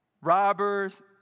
Robbers